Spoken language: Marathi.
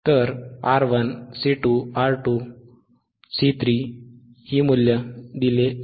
तर R1 C2 R2 C3 दिले आहेत